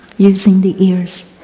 using the ears.